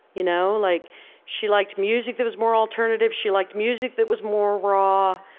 you know? like she liked music that was more alternative she liked music that was more raw.